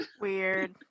weird